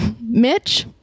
Mitch